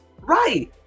right